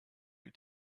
out